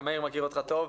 גם מאיר מכיר אותך טוב.